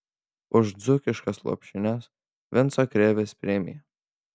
už dzūkiškas lopšines vinco krėvės premija